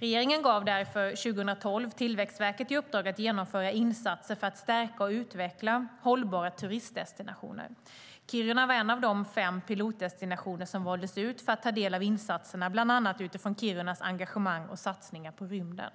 Regeringen gav därför 2012 Tillväxtverket i uppdrag att genomföra insatser för att stärka och utveckla hållbara turistdestinationer. Kiruna var en av de fem pilotdestinationer som valdes ut för att ta del av insatserna, bland annat utifrån Kirunas engagemang och satsningar på rymden.